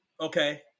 okay